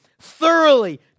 thoroughly